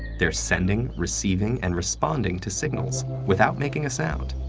they're sending, receiving, and responding to signals without making a sound,